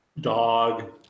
Dog